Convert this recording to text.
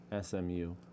SMU